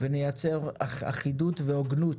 ונייתר אחידות והוגנות,